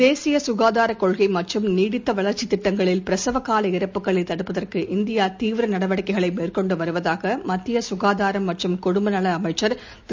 தேசிய ககாதார கொள்கை மற்றும் நீடித்த வளர்ச்சி திட்டங்களில் பிரசவ கால இறப்புகளைத் தடுப்பதற்கு இந்தியா தீவிர நடவடிக்கைகளை மேற்கொண்டு வருவதாக மத்திய சுகாதாரம் மற்றும் குடும்ப நல அமைச்சர் திரு